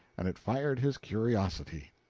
and it fired his curiosity.